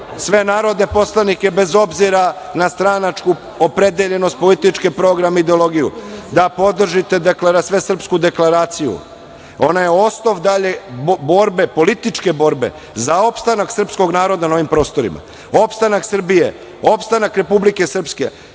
sve narodne poslanike bez obzira na stranačku opredeljenost, politički program, ideologiju, da podržite svesrpska deklaraciju, ona je osnov dalje borbe, političke borbe za opstanak srpskog naroda na ovim prostorima, opstanak Srbije, opstanak Republike Srpske